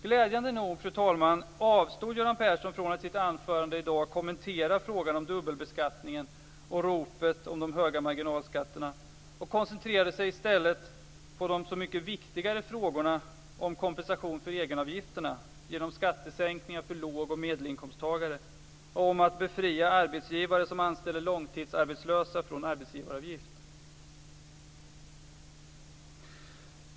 Glädjande nog, fru talman, avstod Göran Persson i sitt anförande i dag från att kommentera frågan om dubbelbeskattningen och ropet om de höga marginalskatterna. Han koncentrerade sig i stället på de så mycket viktigare frågorna om kompensation för egenavgifterna genom skattesänkningar för låg och medelinkomsttagare och om att befria arbetsgivare som anställer långtidsarbetslösa från arbetsgivaravgift.